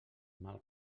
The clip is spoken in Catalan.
mal